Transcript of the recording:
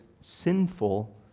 sinful